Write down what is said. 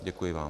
Děkuji vám.